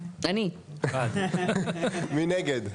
1 נגד,